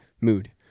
mood